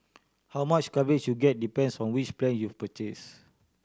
how much coverage you get depends on which plan you've purchased